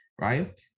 right